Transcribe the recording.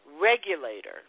regulator